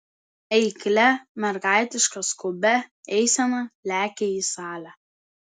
eiklia mergaitiška skubia eisena lekia į salę